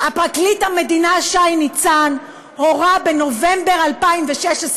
פרקליט המדינה שי ניצן הורה בנובמבר 2016,